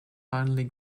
finally